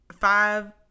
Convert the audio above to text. five